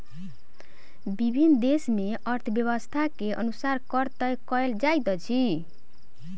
विभिन्न देस मे अर्थव्यवस्था के अनुसार कर तय कयल जाइत अछि